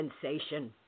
sensation